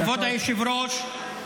כבוד היושב-ראש.